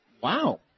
Wow